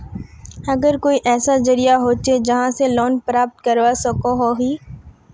आर कोई ऐसा जरिया होचे जहा से लोन प्राप्त करवा सकोहो ही?